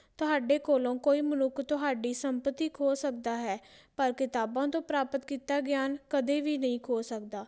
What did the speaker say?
ਤੁਹਾਡੇ ਕੋਲੋਂ ਕੋਈ ਮਨੁੱਖ ਤੁਹਾਡੀ ਸੰਪਤੀ ਖੋ ਸਕਦਾ ਹੈ ਪਰ ਕਿਤਾਬਾਂ ਤੋਂ ਪ੍ਰਾਪਤ ਕੀਤਾ ਗਿਆਨ ਕਦੇ ਵੀ ਨਹੀਂ ਖੋ ਸਕਦਾ